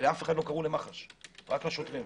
לא קראו למח"ש רק לשוטרים.